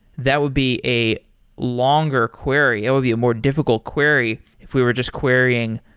that would be a longer query. it would be a more difficult query if we were just querying,